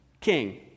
King